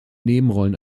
nebenrollen